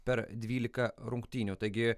per dvylika rungtynių taigi